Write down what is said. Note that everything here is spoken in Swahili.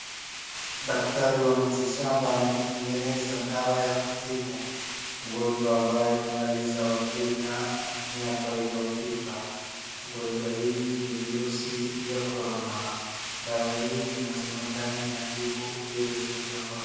Daktari wa miti shamba ametegeneza dawa ya kutibu ugonjwa ambaye imemaliza wakenya miaka iliopita. Ugonjwa hii ni virusi vya Corona. Dawa hii inasemekana inatibu virusi vya Corona.